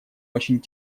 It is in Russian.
очень